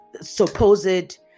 supposed